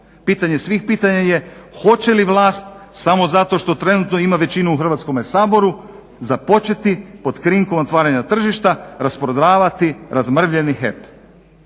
Pitanje svih pitanja je hoće li vlast samo zato što trenutno ima većinu u Hrvatskome saboru započeti pod krinkom otvaranja tržišta rasprodavati, razmrvljeni HEP.